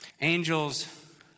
Angels